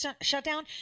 shutdown